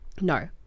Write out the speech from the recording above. No